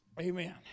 Amen